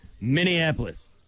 Minneapolis